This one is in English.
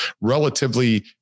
relatively